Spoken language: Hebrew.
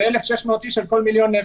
זה 1,600 איש על כל מיליון נפש.